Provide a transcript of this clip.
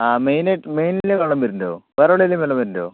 അ മെയിനായിട്ട് മെയിനിൽ വെള്ളം വരന്നുണ്ടോ വേറെ എവിടെയെങ്കിലും വെള്ളം വരുന്നുണ്ടോ